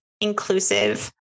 inclusive